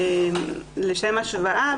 לשם השוואה,